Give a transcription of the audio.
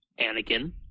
Anakin